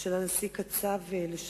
של הנשיא לשעבר